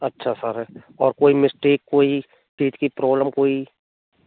अच्छा सर और कोई मिस्टेक कोई चीज़ की प्रॉब्लम कोई